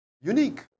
unique